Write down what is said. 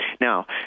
now